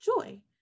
joy